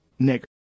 Nigger